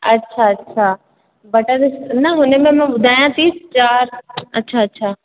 अच्छा अच्छा बटर स न हुन में मां ॿुधायां थी चारि अच्छा अच्छा